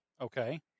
Okay